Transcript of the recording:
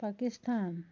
Pakistan